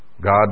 God